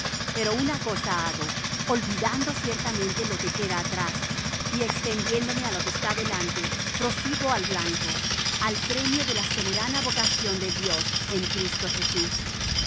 pero una cosa hago olvidando ciertamente lo que queda atrás y extendiéndome á lo que está delante prosigo al blanco al premio de la soberana vocación de dios en cristo jesús